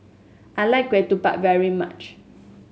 I like ketupat very much